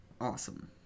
Awesome